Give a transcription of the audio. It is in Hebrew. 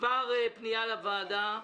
מספר פנייה לוועדה: